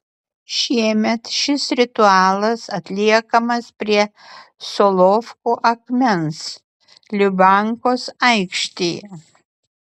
šiemet šis ritualas atliekamas prie solovkų akmens lubiankos aikštėje